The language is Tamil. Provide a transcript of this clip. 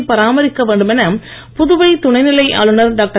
ஏற்றுக் பராமரிக்க வேண்டும் என புதுவை துணைநிலை ஆளுநர் டாக்டர்